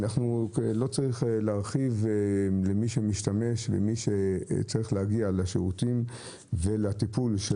לא צריך להרחיב על מי שמשתמש ומי שצריך להגיע לשירותים ולטיפול של